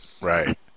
Right